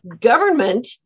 government